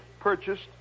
purchased